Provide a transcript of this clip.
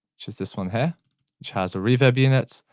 which is this one here which has a reverb unit.